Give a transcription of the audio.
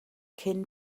cyn